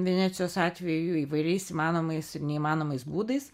venecijos atveju įvairiais įmanomais neįmanomais būdais